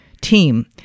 team